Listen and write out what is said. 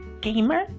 gamer